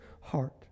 heart